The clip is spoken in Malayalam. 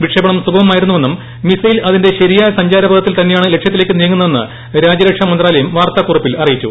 വിക്ഷേപണം സുഗമമായിരുന്നുവെന്നും മിസൈൽ അതിന്റെ ശരിയായ സഞ്ചാരപഥത്തിൽ തന്നയാണ് ലക്ഷ്യത്തിലേക്ക് നീങ്ങുന്നതെന്ന് രാജ്യരക്ഷാ മന്ത്രാലയം വാർത്താകുറിപ്പിൽ അറിയിച്ചു